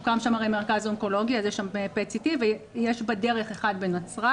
הוקם שם הרי מרכז אונקולוגי אז יש שם PET-CT ויש בדרך אחד בנצרת,